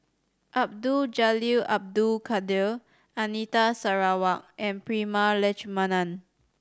Abdul Jalil Abdul Kadir Anita Sarawak and Prema Letchumanan